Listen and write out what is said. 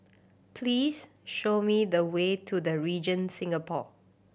please show me the way to The Regent Singapore